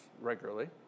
regularly